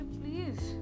please